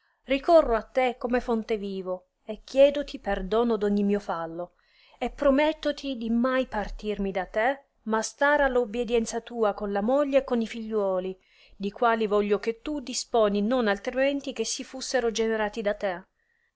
ricorro a te come fonte vivo e chiedoti perdono d ogni mio fallo e promettoti di mai partirmi da te ma star alla ubidienza tua con la moglie e con i figliuoli di quali voglio che tu disponi non altrimenti che si fussero generati da te